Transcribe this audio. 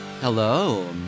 Hello